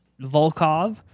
Volkov